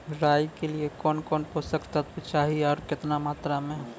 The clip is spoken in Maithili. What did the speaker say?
राई के लिए कौन कौन पोसक तत्व चाहिए आरु केतना मात्रा मे?